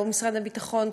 לא משרד הביטחון,